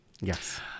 Yes